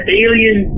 alien